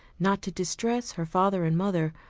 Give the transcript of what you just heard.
not to distress her father and mother,